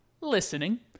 Listening